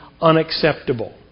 unacceptable